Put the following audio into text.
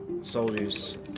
soldiers